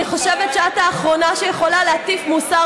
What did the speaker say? אני חושבת שאת האחרונה שיכולה להטיף מוסר